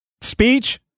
speech